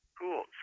Cool